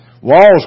Walls